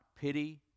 pity